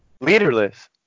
Leaderless